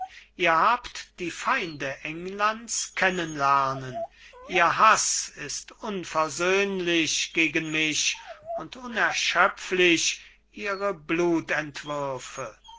ihr habt die feinde englands kennen lernen ihr haß ist unversöhnlich gegen mich und unerschöpflich ihre